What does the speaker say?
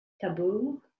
taboo